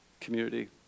community